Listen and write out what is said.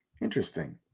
Interesting